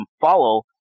follow